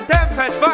Tempest